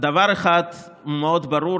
דבר אחד מאוד ברור,